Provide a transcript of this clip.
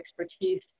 expertise